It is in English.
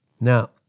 Now